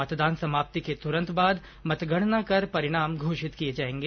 मतदान समाप्ति के तुरन्त बाद मतगणना कर परिणाम घोषित किया जाएगा